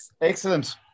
excellent